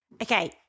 Okay